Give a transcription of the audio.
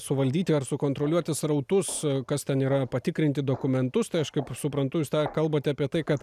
suvaldyti ar sukontroliuoti srautus kas ten yra patikrinti dokumentus tai aš kaip suprantu jūs tą kalbate apie tai kad